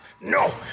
No